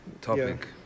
topic